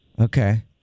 Okay